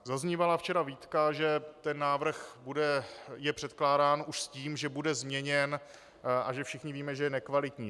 Zaznívala včera výtka, že ten návrh je předkládán už s tím, že bude změněn, a že všichni víme, že je nekvalitní.